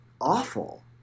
awful